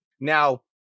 Now